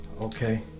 Okay